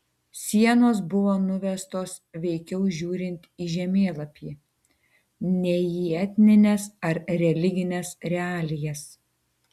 sienos buvo nuvestos veikiau žiūrint į žemėlapį nei į etnines ar religines realijas